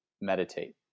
meditate